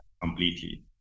completely